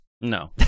No